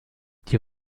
die